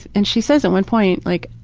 and she says at one point like,